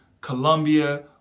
Colombia